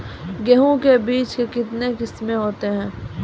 गेहूँ के बीज के कितने किसमें है?